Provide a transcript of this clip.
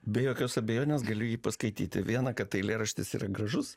be jokios abejonės gali jį paskaityti vieną kartą eilėraštis yra gražus